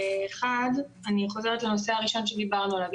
אחת, אני חוזרת לנושא הראשון שדיברנו עליו.